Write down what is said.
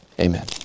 Amen